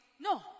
No